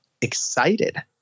excited